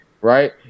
right